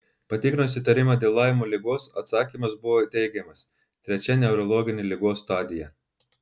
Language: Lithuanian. patikrinus įtarimą dėl laimo ligos atsakymas buvo teigiamas trečia neurologinė ligos stadija